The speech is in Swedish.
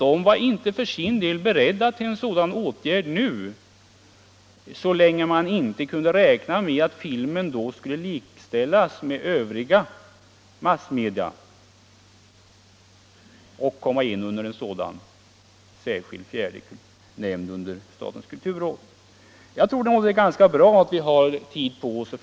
Den var inte för sin del beredd till en sådan åtgärd nu, så länge man inte kunde räkna med att filmen då skulle likställas med övriga massmedia och alltså sedan komma in under en särskild fjärde nämnd under statens kulturråd.